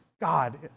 God